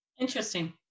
interesting